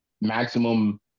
maximum